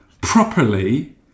properly